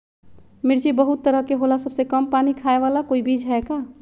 मिर्ची बहुत तरह के होला सबसे कम पानी खाए वाला कोई बीज है का?